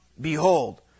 behold